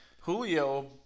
Julio